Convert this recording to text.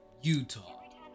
Utah